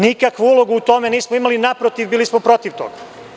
Nikakvu ulogu u tome nismo imali, naprotiv, bili smo protiv toga.